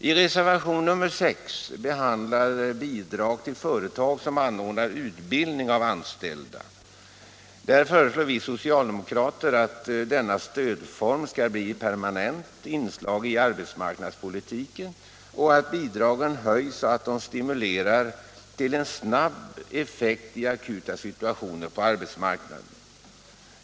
I reservationen 6, som behandlar bidrag till företag som anordnar utbildning av anställda, föreslår vi socialdemokrater att denna stödform skall bli ett permanent inslag i arbetsmarknadspolitiken och att bidragen höjs, så att de stimulerar till en snabb effekt i akuta situationer på arbetsmarknaden.